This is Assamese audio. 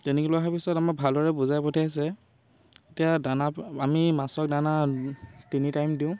তেনেক লৈ অহাৰ পিছত আমাৰ ভালদৰে বুজাই পঠিয়াইছে এতিয়া দানা আমি মাছক দানা তিনি টাইম দিওঁ